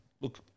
look